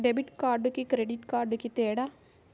Debit కార్డుకి credit కార్డుకి తేడా?